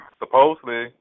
supposedly